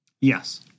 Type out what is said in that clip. Yes